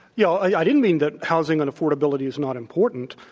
yeah well yeah i didn't mean that housing and affordability is not important.